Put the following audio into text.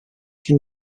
can